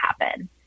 happen